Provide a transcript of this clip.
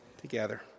together